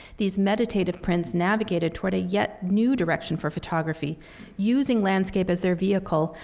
these meditative prints navigated toward a yet new direction for photography using landscape as their vehicle,